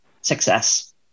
success